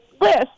list